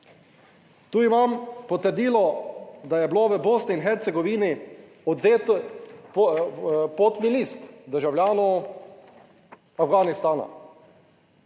Tu imam potrdilo, da je bilo v Bosni in Hercegovini odvzet potni list državljanu Afganistana.